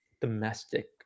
domestic